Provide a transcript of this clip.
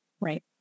Right